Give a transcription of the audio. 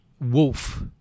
Wolf